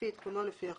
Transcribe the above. כפי עדכונו לפי החוק."